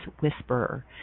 whisperer